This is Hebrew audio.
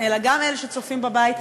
אלא גם אלה שצופים בבית,